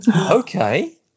Okay